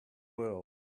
world